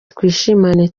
twishimane